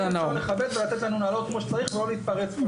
אפשר לכבד ולתת לנו לענות כמו שצריך ולא להתפרץ כל הזמן.